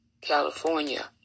California